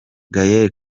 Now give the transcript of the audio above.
gaël